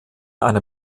einer